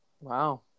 wow